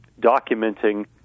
documenting